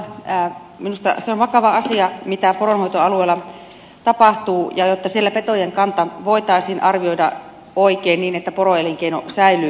minusta se on vakava asia mitä poronhoitoalueella tapahtuu ja se että siellä petojen kanta voitaisiin arvioida oikein niin että poroelinkeino säilyy